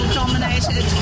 dominated